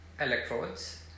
electrodes